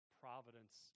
providence